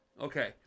Okay